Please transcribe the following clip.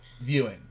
viewing